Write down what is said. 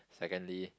secondly